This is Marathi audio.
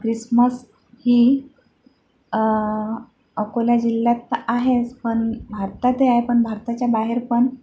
ख्रिसमस ही अकोला जिल्ह्यात तर आहेस पण भारतातही आहे पण भारताच्या बाहेर पण